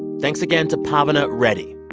thanks again to pavana reddy.